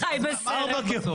ארבע כהונות.